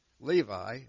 Levi